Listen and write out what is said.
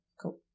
cool